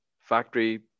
factory